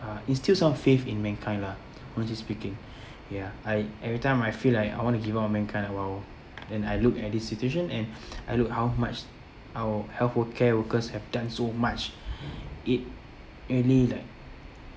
uh instill some faith in mankind lah honestly speaking ya I every time I feel like I want to give up on mankind and !wow! then I look at this situation and I look how much our healthcare workers have done so much it really like